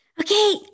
Okay